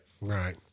right